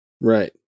Right